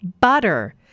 butter